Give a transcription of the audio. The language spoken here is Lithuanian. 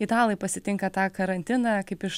italai pasitinka tą karantiną kaip iš